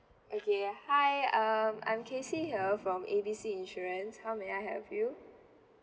okay hi um I'm casey here from A B C insurance how may I help you